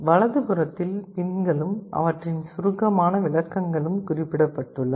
வலதுபுறத்தில் பின்களும் அவற்றின் சுருக்கமான விளக்கங்களும் குறிப்பிடப்பட்டுள்ளன